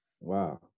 Wow